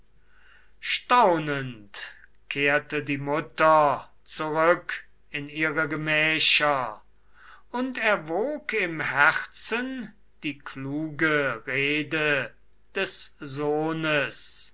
staunend kehrte die mutter zurück in ihre gemächer und erwog im herzen die kluge rede des sohnes